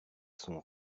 son